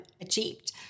achieved